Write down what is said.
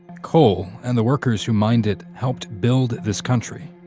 coal, and the workers who mined it, helped build this country.